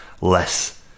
less